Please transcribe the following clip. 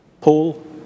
Paul